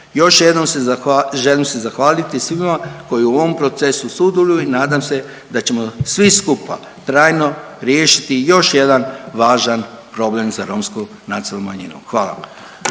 Još jednom želim se zahvaliti svima koji u ovom procesu sudjeluju i nadam se da ćemo svi skupa trajno riješiti još jedan važan problem za romsku nacionalnu manjinu. Hvala.